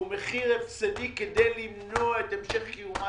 הוא מחיר הפסדי כדי למנוע את המשך קיומה